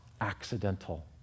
accidental